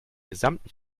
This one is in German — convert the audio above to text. gesamten